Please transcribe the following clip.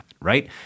right